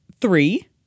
three